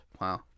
Wow